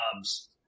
jobs